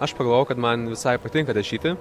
aš pagalvojau kad man visai patinka rašyti